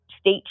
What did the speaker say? state